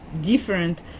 different